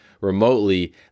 remotely